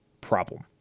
problem